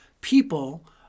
people